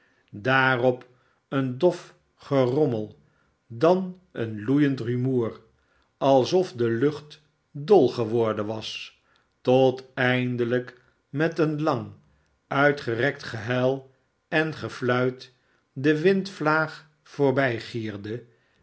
daarop een dof gerommel dan een loeiend rumoer alsof de lucht dol geworden was tot eindelijk met een lang uitgerekt gehuil en gefluit de windvlaag voorbijgierde